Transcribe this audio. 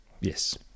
Yes